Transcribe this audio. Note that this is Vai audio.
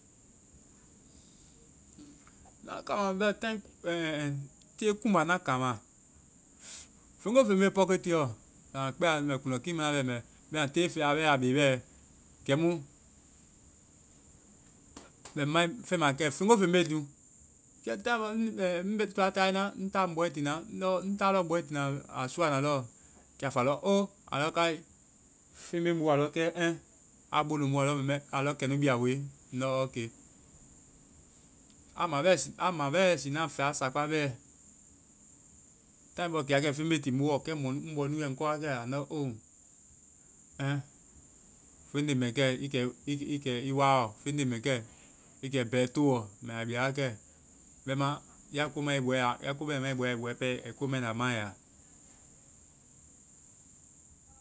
Na kama bɛ-te kuŋba na kama. Feŋ ngo feŋ be ŋ pɔketiɛɔ. Sama kpɛa mɛ kuŋdɔkii mana, bɛma te fɛa a be bɛ kɛmu mɛ ŋ mai feŋma kɛ-. feŋ ngo feŋ be nu. Kɛ taŋgɛ bɔ ŋ toa taayɛ na ŋ ta ŋ bɔɛ tiina. Ŋdɔ ŋ taa lɔɔ ŋ bɔɛ tiina, a sɔana lɔɔ. Kɛ a fɔ a lɔ o, a lɔ ngae, feŋ be ŋ boɔ. A lɔ ɛn. A bo loŋ ŋ boɔ alɔ kɛnu bia we. Ŋdɔ. A ma bɛ-a ma bɛ siina fɛa sakpa bɛ. Taŋ bɔ ai ke wa kɛ, feŋ be tii ŋ boɔ. Kɛ mɔ-ŋ bɔnu yɛ ŋ kɔ wa kɛ. Andɔ o, feŋ len mɛ kɛ. i kɛ i waɔ. Feŋ len mɛ kɛ. i kɛ i bɛ towɔ. Mɛ a bia wakɛ. Bɛma ya ko mai i bɔ a. Ya ko bɛna mai i bɔ a, mɔɛ pɛ ai ko bɛna ma i ya.